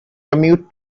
commute